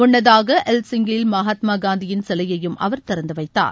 முன்னதாக ஹெல்சிங்கியில் மகாத்மா காந்தியின் சிலையையும் அவர் திறந்து வைத்தார்